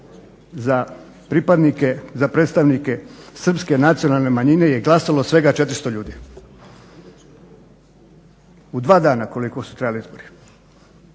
za pripadnike, za predstavnike Srpske nacionalne manjine je glasalo svega 400 ljudi u dva dana koliko su trajali izbori,